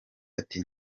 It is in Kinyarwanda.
ati